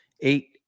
Eight